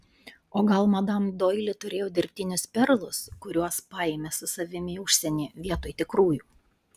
o gal madam doili turėjo dirbtinius perlus kuriuos paėmė su savimi į užsienį vietoj tikrųjų